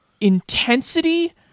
intensity